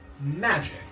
magic